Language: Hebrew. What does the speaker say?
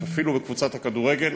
אפילו בקבוצת הכדורגל,